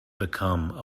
become